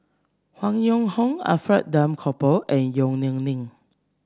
Han Yong Hong Alfred Duff Cooper and Yong Nyuk Lin